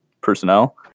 personnel